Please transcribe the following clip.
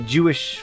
Jewish